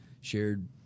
shared